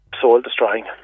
soul-destroying